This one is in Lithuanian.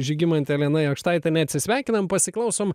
žygimante elena jakštaite neatsisveikinam pasiklausom